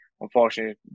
unfortunately